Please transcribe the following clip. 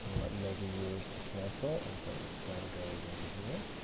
want megayears to cancel, and so it's got to go down here,